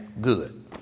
Good